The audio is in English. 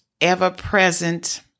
ever-present